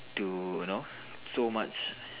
to you know so much